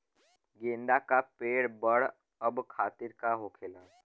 गेंदा का पेड़ बढ़अब खातिर का होखेला?